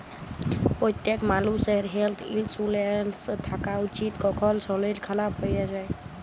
প্যত্তেক মালুষের health insurance থ্যাকা উচিত, কখল শরীর খারাপ হয়ে যায়